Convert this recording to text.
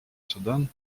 судан